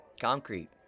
Concrete